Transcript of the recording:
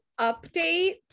update